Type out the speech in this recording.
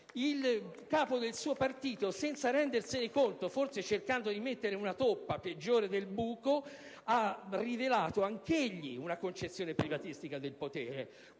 il capo del suo partito, senza rendersene conto, (forse cercando di mettere una toppa peggiore del buco) ha rivelato anch'egli una concezione privatistica del potere,